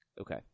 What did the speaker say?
Okay